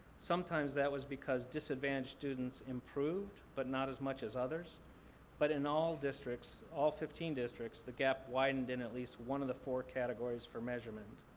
sometimes that was because disadvantaged students improved but not as much as others but in all districts, all fifteen districts, the gap widened in at least one of the four categories for measurement.